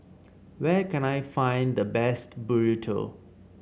where can I find the best Burrito